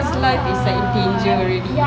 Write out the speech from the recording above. ya ya